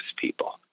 people